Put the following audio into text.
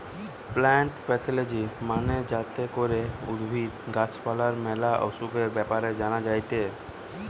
plant pathology মানে যাতে করে উদ্ভিদ, গাছ পালার ম্যালা অসুখের ব্যাপারে জানা যায়টে